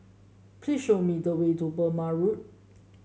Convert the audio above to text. please show me the way to Burmah Road